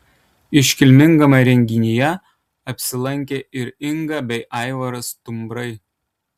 iškilmingame renginyje apsilankė ir inga bei aivaras stumbrai